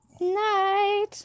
Night